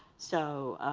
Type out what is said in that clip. so